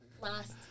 last